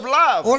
love